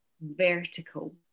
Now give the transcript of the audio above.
vertical